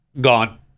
gone